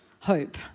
hope